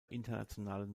internationalen